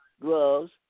gloves